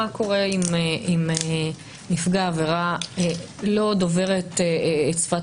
מה קורה אם נפגע עבירה לא דוברת את שפת